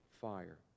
fire